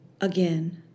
Again